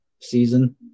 season